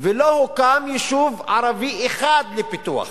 ולא הוקם יישוב ערבי אחד לפיתוח.